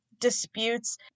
disputes